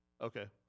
Okay